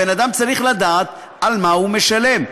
בן-אדם צריך לדעת על מה הוא משלם.